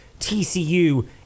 TCU